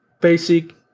basic